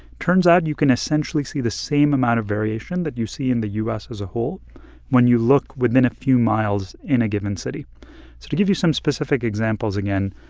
turns out and you can essentially see the same amount of variation that you see in the u s. as a whole when you look within a few miles in a given city so to give you some specific examples again,